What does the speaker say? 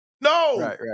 No